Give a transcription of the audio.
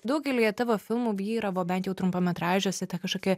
daugelyje tavo filmų vyravo bent jau trumpametražiuose kažkokia